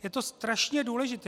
Je to strašně důležité.